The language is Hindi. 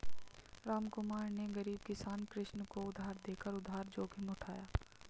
रामकुमार ने गरीब किसान कृष्ण को उधार देकर उधार जोखिम उठाया